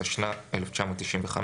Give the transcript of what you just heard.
התשנ"ה-1995,